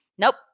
Nope